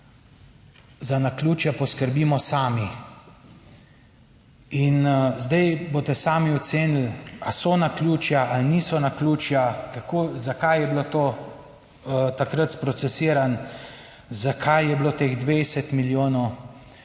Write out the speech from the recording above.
Za naključja poskrbimo sami in zdaj boste sami ocenili, ali so naključja ali niso naključja, kako, zakaj je bilo to takrat sprocesirano, zakaj je bilo teh 20 milijonov,